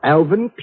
Alvin